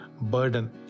burden